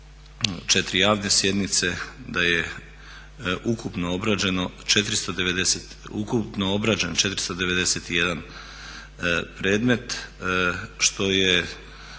4 javne sjednice, da je ukupno obrađeno 491 predmet što je